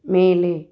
மேலே